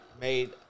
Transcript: made